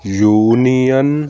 union